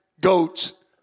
goats